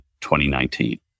2019